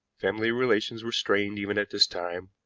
family relations were strained even at this time,